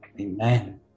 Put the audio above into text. Amen